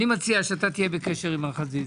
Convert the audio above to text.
מציע שתהיה בקשר עם מר חזיז,